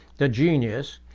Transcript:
the genius,